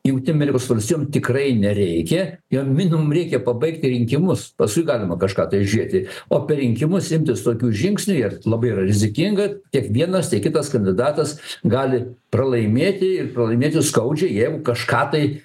jungtinėm amerikos valstijom tikrai nereikia jom minimum reikia pabaigti rinkimus paskui galima kažką tai žiūrėti o per rinkimus imtis tokių žingsnių yra labai yra rizikinga tiek vienas tiek kitas kandidatas gali pralaimėti ir pralaimėti skaudžiai jeigu kažką tai